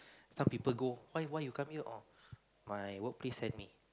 some people go why why you come here orh my workplace sent me